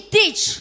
teach